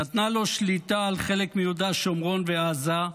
נתנה לו שליטה על חלק מיהודה, שומרון ועזה,